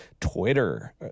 twitter